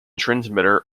transmitter